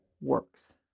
works